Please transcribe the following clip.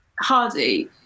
Hardy